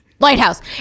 Lighthouse